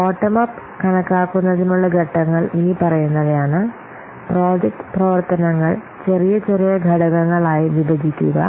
ചുവടെ കണക്കാക്കുന്നതിനുള്ള ഘട്ടങ്ങൾ ഇനിപ്പറയുന്നവയാണ് പ്രോജക്റ്റ് പ്രവർത്തനങ്ങൾ ചെറിയ ചെറിയ ഘടകങ്ങളായി വിഭജിക്കുക